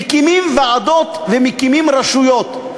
מקימים ועדות ומקימים רשויות.